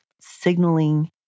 signaling